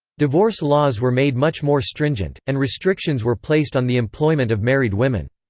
divorce laws were made much more stringent, and restrictions were placed on the employment of married women.